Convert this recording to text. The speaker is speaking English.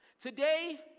Today